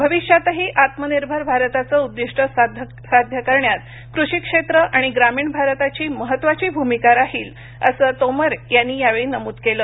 भविष्यातही आत्मनिर्भर भारताचं उद्दीष्ट साध्य करण्यात कृषी क्षेत्र आणि ग्रामीण भारताची महत्त्वाची भूमिका राहील असं तोमर यांनी यावेळी नमूद केलं